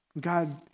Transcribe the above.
God